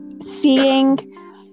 seeing